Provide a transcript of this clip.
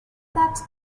that